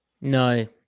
No